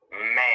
Man